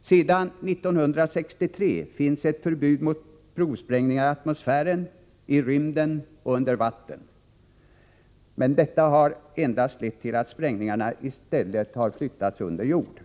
Sedan 1963 finns ett förbud mot provsprängningar i atmosfären, i rymden och under vatten. Detta har emellertid endast lett till att sprängningarna i stället flyttats under jord.